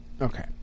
Okay